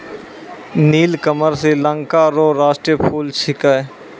नीलकमल श्रीलंका रो राष्ट्रीय फूल छिकै